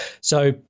so-